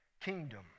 kingdom